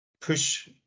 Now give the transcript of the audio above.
push